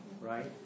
right